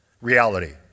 Reality